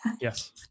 Yes